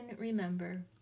remember